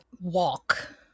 Walk